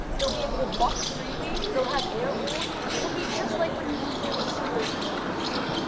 they'll be able to walk freely, they'll have air holes, it'll be just like when you moved through the sewers to not be seen.